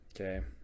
Okay